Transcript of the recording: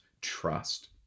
trust